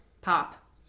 Pop